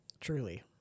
Truly